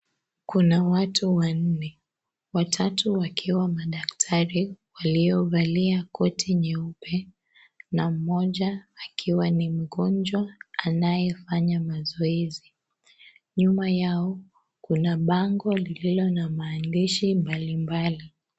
Kuna watu wanne watatu wakiwa madaktari waliovalia koti nyeupe na mmoja akiwa ni mgonjwa anayefanya mazoezi nyuma yao kuna bango lililo na maandishi mbalimbali.